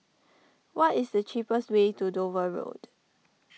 what is the cheapest way to Dover Road